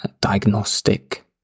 diagnostic